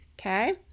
Okay